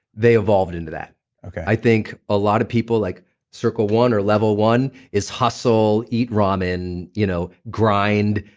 they evolved into that okay i think a lot of people like circle one or level one is hustle, eat ramen, you know grind,